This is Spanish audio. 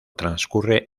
transcurre